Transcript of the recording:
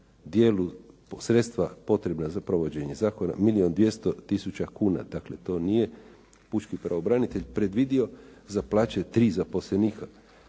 dijelu sredstva potrebna za provođenje zakona, milijun i 200 tisuća kuna. Dakle, to nije pučki pravobranitelj predvidio za plaće 3 zaposlenika.